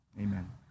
Amen